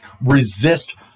resist